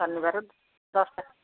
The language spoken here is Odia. ଶନିବାର ଦଶଟା